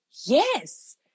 yes